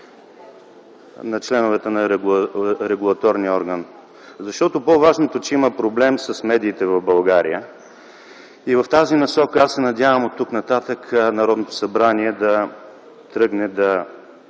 на членовете на регулаторния орган. Защото по-важното е, че има проблем с медиите в България и в тази насока аз се надявам оттук нататък Народното събрание да тръгне да